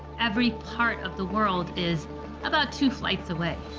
every part of the world is about two flights away.